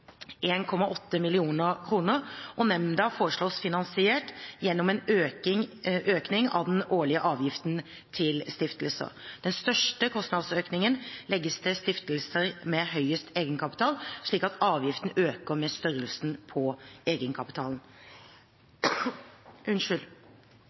Nemnda foreslås finansiert gjennom en økning av den årlige avgiften for stiftelser. Den største kostnadsøkningen legges til stiftelser med høyest egenkapital, slik at avgiften øker med størrelsen på egenkapitalen.